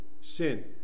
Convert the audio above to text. sin